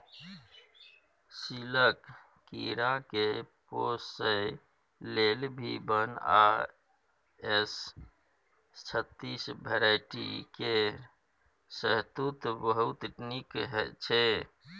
सिल्कक कीराकेँ पोसय लेल भी वन आ एस छत्तीस भेराइटी केर शहतुत बहुत नीक छै